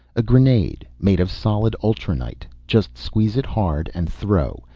a grenade, made of solid ulranite. just squeeze it hard and throw.